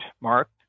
Mark